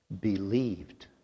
believed